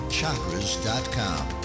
Chakras.com